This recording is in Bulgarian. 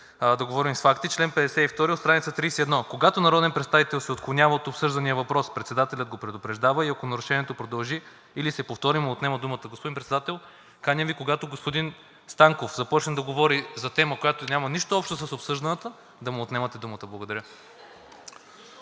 да говорим с факти, а чл. 52 на страница 31: „Когато народен представител се отклонява от обсъждания въпрос, председателят го предупреждава и ако нарушението продължи или се повтори, му отнема думата.“ Господин Председател, каня Ви, когато господин Станков започне да говори за тема, която няма нищо общо с обсъжданата, да му отнемате думата. Благодаря.